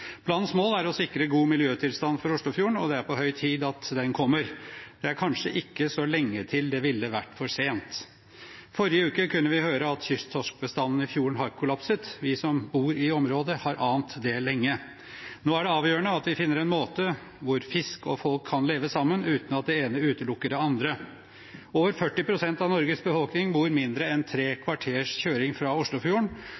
Planens mål er å sikre god miljøtilstand for Oslofjorden, og det er på høy tid at den kommer. Det er kanskje ikke så lenge til det ville vært for sent. I forrige uke kunne vi høre at kysttorskbestanden i fjorden har kollapset. Vi som bor i området, har ant det lenge. Nå er det avgjørende at vi finner en måte hvor fisk og folk kan leve sammen uten at det ene utelukker det andre. Over 40 pst. av Norges befolkning bor mindre enn tre